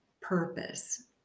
purpose